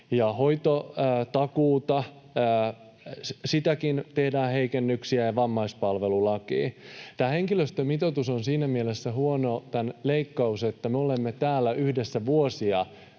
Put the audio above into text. hoitotakuuseenkin tehdään heikennyksiä ja vammaispalvelulakiin. Tämä henkilöstömitoituksen leikkaus on siinä mielessä huono, että me olemme täällä yhdessä vuosia